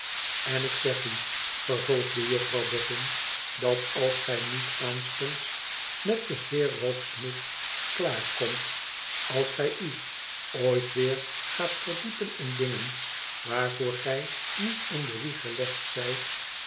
n ik zeg u vervolgde juffrouw boffin t dat als gij niet aanstonds met den heer rokesmith klaar komt als gij u ooit weer gaat verdiepen in dingen waarvoor gij niet in de wieg